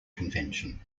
convention